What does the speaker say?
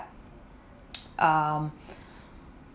um